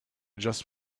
just